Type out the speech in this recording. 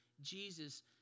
Jesus